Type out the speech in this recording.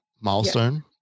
milestone